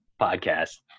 podcast